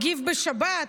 הגיב בשבת,